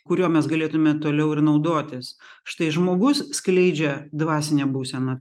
kuriuo mes galėtume toliau ir naudotis štai žmogus skleidžia dvasinę būseną